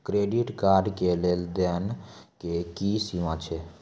Credit card के लेन देन के की सीमा छै?